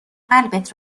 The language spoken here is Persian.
قلبت